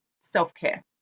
self-care